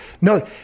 No